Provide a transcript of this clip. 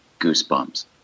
goosebumps